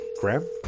Graham